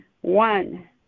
one